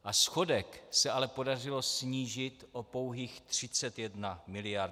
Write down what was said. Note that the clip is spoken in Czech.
A schodek se ale podařilo snížit o pouhých 31 miliard.